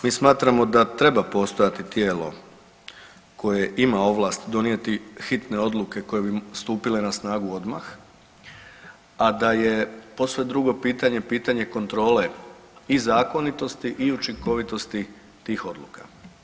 Mi smatramo da treba postojati tijelo koje ima ovlasti donijeti hitne odluke koje bi stupile na snagu odmah, a da je posve drugo pitanje, pitanje kontrole i zakonitosti i učinkovitosti tih odluka.